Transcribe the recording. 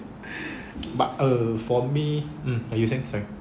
but uh for me you say sorry